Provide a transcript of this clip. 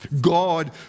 God